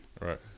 Right